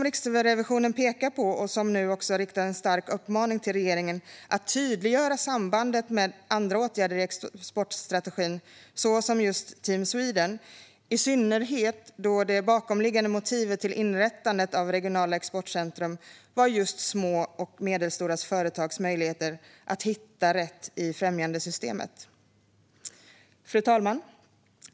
Riksrevisionen pekar på och riktar nu en stark uppmaning till regeringen att tydliggöra sambandet med andra åtgärder i exportstrategin, såsom just Team Sweden, i synnerhet då det bakomliggande motivet till inrättandet av regionala exportcentrum var just små och medelstora företags möjligheter att hitta rätt i främjandesystemet. Fru talman!